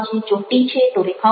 જો T છે તો રેખાઓ છે